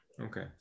Okay